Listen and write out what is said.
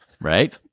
Right